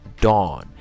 Dawn